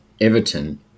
Everton